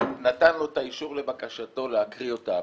נתן לו את האישור לבקשתו להקריא אותם,